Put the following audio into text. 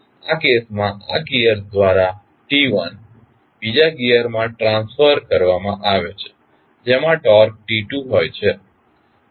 આ કેસમાં આ ગિઅર્સ દ્વારા T1 બીજા ગિઅરમાં ટ્રાન્સફર કરવામાં આવે છે જેમાં ટોર્ક T2 હોય છે